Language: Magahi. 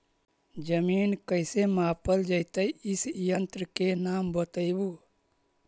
जमीन कैसे मापल जयतय इस यन्त्र के नाम बतयबु?